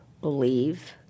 believe